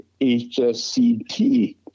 HSCT